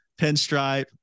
Pinstripe